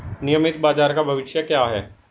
नियमित बाजार का भविष्य क्या है?